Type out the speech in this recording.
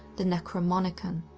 the necronomicon.